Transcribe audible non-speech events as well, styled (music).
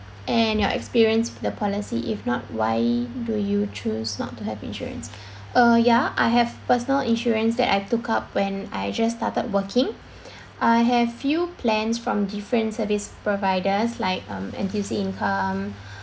and your experience the policy if not why do you choose not to have insurance (breath) ya I have personal insurance that I took up when I just started working (breath) I have few plans from different service providers like um N_T_U_C income